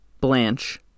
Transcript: Blanche